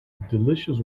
delicious